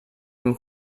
him